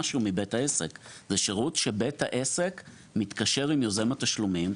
זה שירות שבית העסק מתקשר עם יוזם התשלומים.